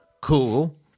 Cool